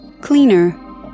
Cleaner